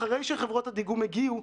אחרי שחברות הדיגום הגיעו,